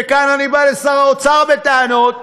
וכאן אני בא לשר האוצר בטענות,